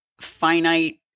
finite